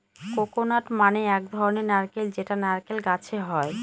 coconut মানে এক ধরনের নারকেল যেটা নারকেল গাছে হয়